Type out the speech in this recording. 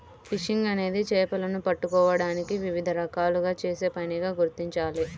fishing అనేది చేపలను పట్టుకోవడానికి వివిధ రకాలుగా చేసే పనిగా గుర్తించాలి